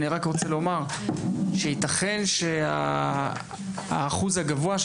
אני רק רוצה לומר שייתכן שהאחוז הגבוה של